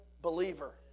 believer